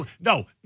No